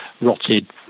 rotted